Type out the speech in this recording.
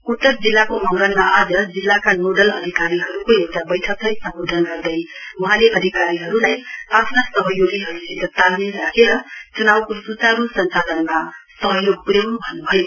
उत्तर जिल्लाको मंगनमा आज जिल्लाका नोडल अधिकारीहरूको एउटा बैठकलाई सम्बोधन गर्दै वहाँले अधिकारीहरूलाई आफ्ना सहयोगीहरूसित तालमेल राखेर च्नाउको स्चारू सञ्चालनमा सहयोग प्र्याउन् भन्न्भयो